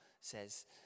says